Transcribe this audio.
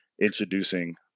introducing